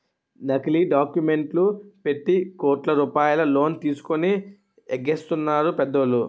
నకిలీ డాక్యుమెంట్లు పెట్టి కోట్ల రూపాయలు లోన్ తీసుకొని ఎగేసెత్తన్నారు పెద్దోళ్ళు